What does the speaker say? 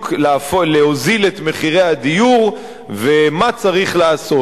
להוזיל את מחירי הדיור ומה צריך לעשות.